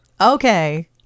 okay